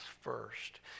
first